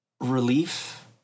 relief